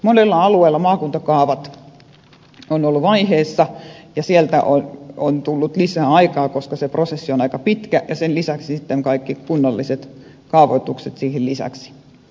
monilla alueilla maakuntakaavat ovat olleet vaiheessa ja sieltä on tullut lisäaikaa koska se prosessi on aika pitkä ja sitten ovat kaikki kunnalliset kaavoitukset siihen lisäksi